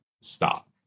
stop